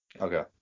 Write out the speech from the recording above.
Okay